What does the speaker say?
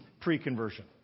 pre-conversion